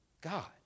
God